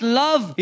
love